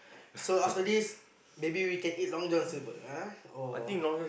so after this maybe we can eat Long-John-Silver ah or